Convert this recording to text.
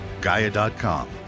Gaia.com